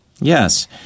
Yes